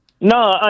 No